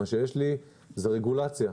מה שיש לי זו הרגולציה.